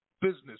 business